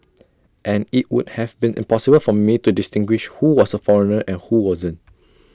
and IT would have been impossible for me to distinguish who was A foreigner and who wasn't